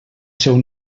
seu